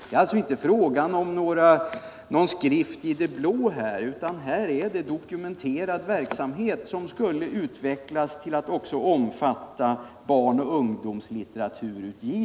Det är alltså inte fråga om någon skrift i det blå här, utan det finns en dokumenterad verksamhet som skulle kunna utvecklas till att också omfatta utgivning av barn och ungdomslitteratur.